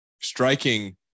striking